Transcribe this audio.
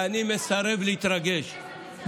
ואני מסרב להתרגש.